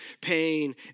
pain